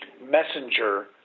messenger